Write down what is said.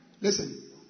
listen